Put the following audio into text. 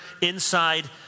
inside